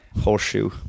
Horseshoe